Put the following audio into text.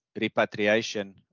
repatriation